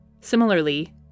Similarly